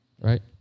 right